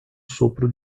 sopro